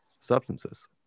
substances